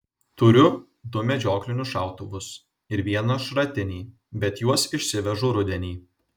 turiu du medžioklinius šautuvus ir vieną šratinį bet juos išsivežu rudenį